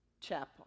Chapel